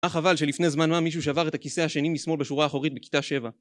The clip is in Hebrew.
אה חבל שלפני זמן מה מישהו שבר את הכיסא השני משמאל בשורה אחורית בכיתה 7